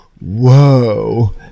whoa